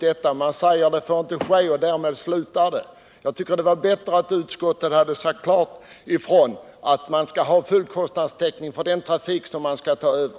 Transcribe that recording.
Utskottet säger att en övervältring inte får ske, och därmed är det slut. Jag tycker att det hade varit bättre om utskottet hade sagt klart ifrån att man skall ha full kostnadstäckning för den trafik man skall ta över.